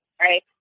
right